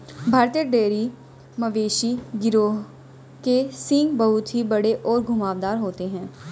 भारतीय डेयरी मवेशी गिरोह के सींग बहुत ही बड़े और घुमावदार होते हैं